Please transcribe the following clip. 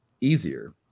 easier